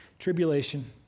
Tribulation